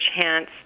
chance